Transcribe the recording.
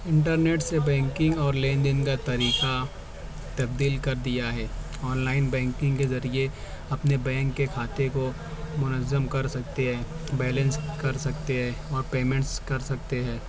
internet سے banking اور لین دین کا طریقہ تبدیل کر دیا ہے آن لائن بینکنگ کے ذریعے اپنے بینک کے کھاتے کو منظم کر سکتے ہیں بیلینس کر سکتے ہیں اور پیمنٹس کر سکتے ہیں